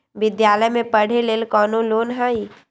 विद्यालय में पढ़े लेल कौनो लोन हई?